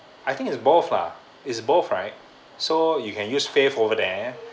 I think is both lah is both right so you can use fave over there